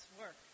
work